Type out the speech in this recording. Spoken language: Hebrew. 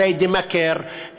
ירכא, ג'דיידה-מכר,